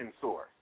source